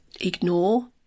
ignore